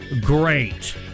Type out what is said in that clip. great